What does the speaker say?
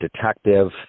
detective